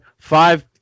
Five